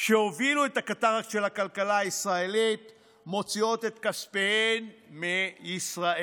שהובילו את הקטר של הכלכלה הישראלית מוציאות את כספיהן מישראל,